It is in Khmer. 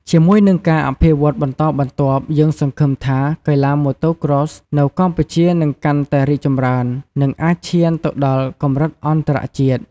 ជាមួយនឹងការអភិវឌ្ឍន៍បន្តបន្ទាប់ យើងសង្ឃឹមថាកីឡា Motocross នៅកម្ពុជានឹងកាន់តែរីកចម្រើន និងអាចឈានទៅដល់កម្រិតអន្តរជាតិ។